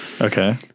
okay